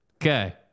Okay